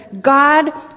God